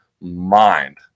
mind